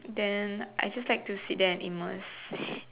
then I just like to sit there and immerse